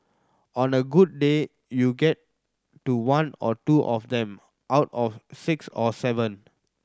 on a good day you get to one or two of them out of six or seven